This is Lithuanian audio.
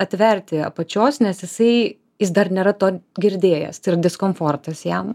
atverti apačios nes jisai jis dar nėra to girdėjęs tai yra diskomfortas jam